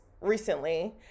recently